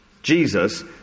Jesus